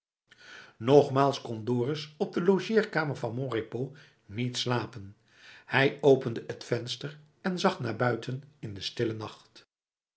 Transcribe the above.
nogmaals kon dorus op de logeerkamer van mon repos niet slapen hij opende het venster en zag naar buiten in den stillen nacht